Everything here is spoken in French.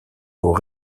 aux